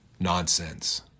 nonsense